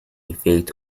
effect